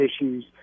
issues